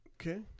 Okay